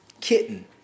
Kitten